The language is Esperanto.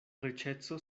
riĉeco